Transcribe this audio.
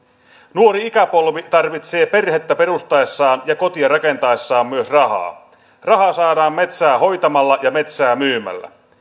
nuori ikäpolvi tarvitsee perhettä perustaessaan ja kotia rakentaessaan myös rahaa rahaa saadaan metsää hoitamalla ja metsää myymällä